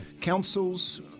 councils